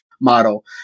model